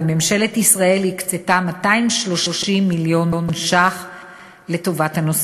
וממשלת ישראל הקצתה 230 מיליון ש"ח לטובת הנושא.